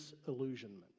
Disillusionment